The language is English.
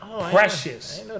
Precious